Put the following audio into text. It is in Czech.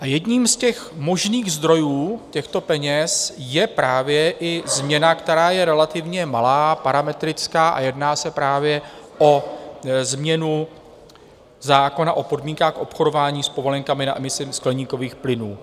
Jedním z možných zdrojů těchto peněz je právě i změna, která je relativně malá, parametrická, a jedná se právě o změnu zákona o podmínkách obchodování s povolenkami na emise skleníkových plynů.